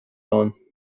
ann